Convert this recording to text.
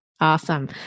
Awesome